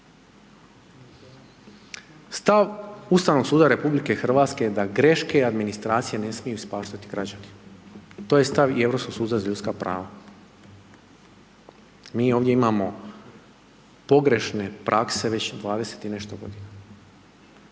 Stav Ustavnog suda RH je da greške administracije ne smiju ispaštati građani, to je stav i Europskog suda za ljudska prava. Mi ovdje imamo pogrešne prakse već 20 i nešto godina,